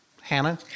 Hannah